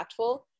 impactful